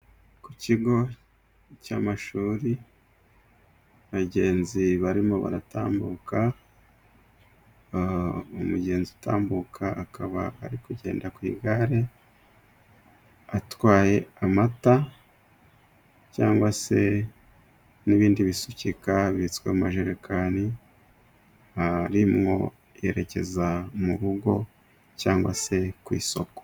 Ku kigo cy'amashuri abagenzi barimo baratambuka, umugenzi utambuka akaba ari kugenda ku igare, atwaye amata, cyangwa se n'ibindi bisukika bibitswe mu majerekani, arimo yerekeza mu rugo cyangwa se ku isoko.